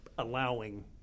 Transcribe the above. allowing